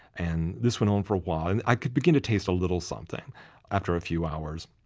and this went on for a while, and i could begin to taste a little something after a few hours,